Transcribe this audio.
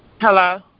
Hello